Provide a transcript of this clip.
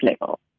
level